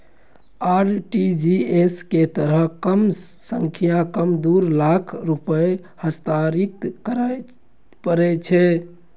RTGS के तहत कम सं कम दू लाख रुपैया हस्तांतरित करय पड़ै छै